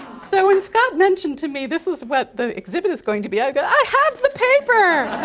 so when scott mentioned to me this is what the exhibit is going to be, i go, i have the paper!